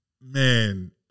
man